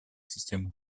системы